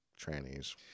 trannies